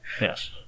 Yes